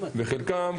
וחלקן,